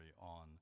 on